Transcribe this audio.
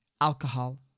alcohol